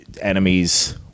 enemies